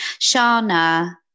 Shana